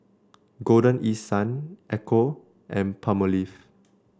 Golden East Sun Ecco and Palmolive